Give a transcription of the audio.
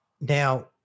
Now